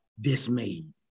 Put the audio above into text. dismayed